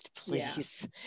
please